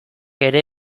ere